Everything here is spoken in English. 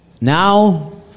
Now